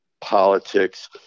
politics